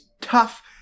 tough